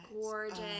Gorgeous